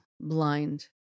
blind